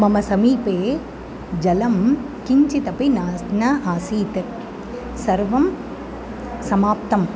मम समीपे जलं किञ्चिदपि नास् न आसीत् सर्वं समाप्तम्